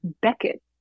Beckett